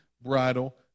bridal